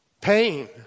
Pain